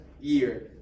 year